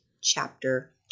Chapter